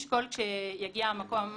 כשיגיע המקום והזמן,